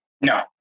No